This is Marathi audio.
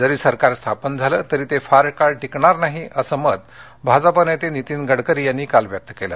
जरी सरकार स्थापन झालं तरी ते फार काळ टिकणार नाही असं मत भाजपा नेते नितीन गडकरी यांनी काल व्यक्त केलं